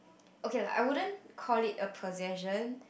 okay lah I wouldn't call it a possession